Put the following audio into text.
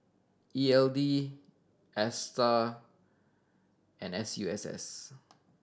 E L D Astar and S U S S